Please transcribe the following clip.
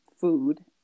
food